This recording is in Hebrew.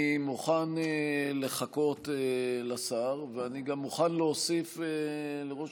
אני מוכן לחכות לשר, ואני גם מוכן להוסיף לראש